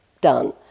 done